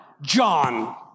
John